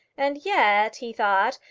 and yet, he thought,